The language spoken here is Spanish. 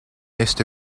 este